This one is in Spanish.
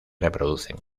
reproducen